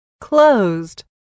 closed